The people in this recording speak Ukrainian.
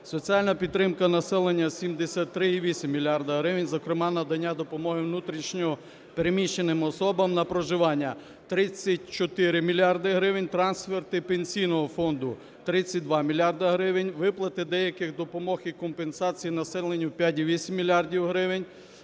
соціальна підтримка населення – 73,8 мільярда гривень, зокрема надання допомоги внутрішньо переміщеним особам на проживання – 34 мільярди гривень; трансферти пенсійного фонду – 32 мільярди гривень, виплати деяких допомог і компенсацій населенню – 5,8 мільярдів